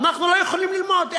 אנחנו לא יכולים ללמוד,